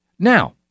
Now